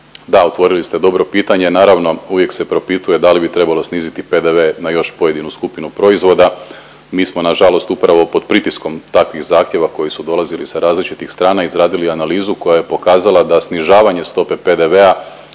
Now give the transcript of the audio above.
Da, otvorili ste dobro pitanje. Naravno uvijek se propituje da li bi trebalo sniziti PDV na još pojedinu skupinu proizvoda. Mi smo na žalost upravo pod pritiskom takvih zahtjeva koji su dolazili sa različitih strana, izradili analizu koja je pokazala da snižavanje stope PDV-a